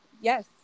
yes